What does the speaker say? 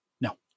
No